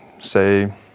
say